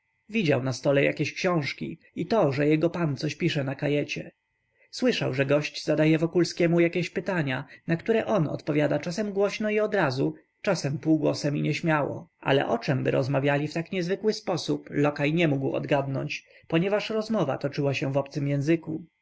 widział na stole jakieś książki i to że jego pan coś pisze na kajecie słyszał że gość zadaje wokulskiemu jakieś pytania na które on odpowiada czasem głośno i od razu czasem półgłosem i nieśmiało ale o czemby rozmawiali w tak niezwykły sposób lokaj nie mógł odgadnąć ponieważ rozmowa toczyła się w obcym języku